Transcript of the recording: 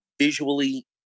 visually